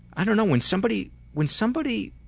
i don't know, when somebody when somebody